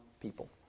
people